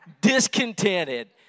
Discontented